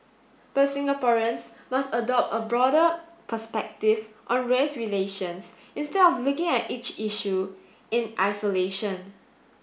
but Singaporeans must adopt a broader perspective on race relations instead of looking at each issue in isolation